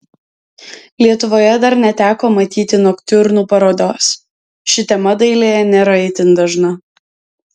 lietuvoje dar neteko matyti noktiurnų parodos ši tema dailėje nėra itin dažna